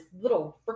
little